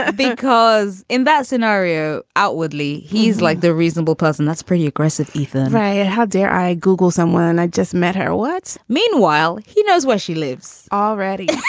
ah because in that scenario, outwardly, he's like the reasonable person. that's pretty aggressive. ethan. right. how dare i google someone? i just met her once. meanwhile, he knows where she lives. already yeah